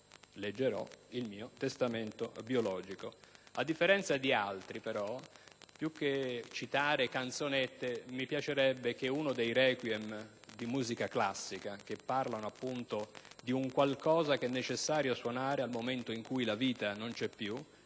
lettura del mio testamento biologico.